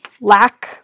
Lack